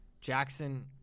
Jackson